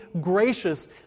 gracious